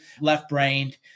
left-brained